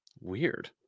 Weird